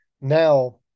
now